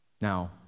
Now